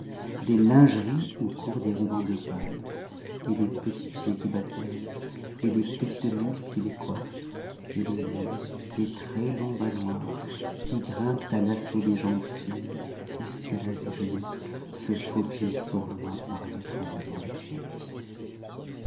des lingeries où courent des rubans bleu pâle et des petits pieds qui battent l'air et des petites mules qui les coiffent et des longs des très longs bas noirs qui grimpent à l'assaut des jambes fines escaladent les genoux se faufilent sournois par l'étranglement des tuyautés